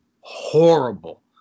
Horrible